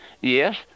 yes